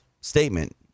statement